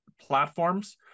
platforms